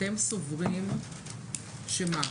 אתם סוברים שמה?